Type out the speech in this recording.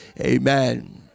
amen